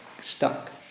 stuck